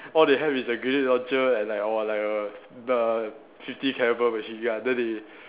all they have is a grenade launcher and like or like a the fifty calibre machine gun then they